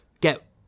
get